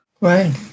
Right